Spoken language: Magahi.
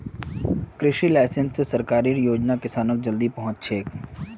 कृषि लाइसेंस स सरकारेर योजना किसानक जल्दी पहुंचछेक